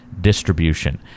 distribution